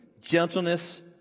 gentleness